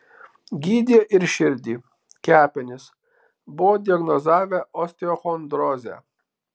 gydė ir širdį kepenis buvo diagnozavę osteochondrozę